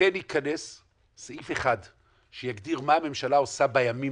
כן ייכנס סעיף אחד שיגדיר מה הממשלה עושה בימים